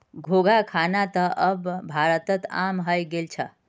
घोंघा खाना त अब भारतत आम हइ गेल छ